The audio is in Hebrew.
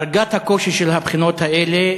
דרגת הקושי של הבחינות האלה